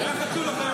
זה היה הבסיס לכנס